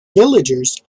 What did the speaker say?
villagers